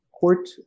court